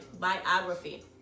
biography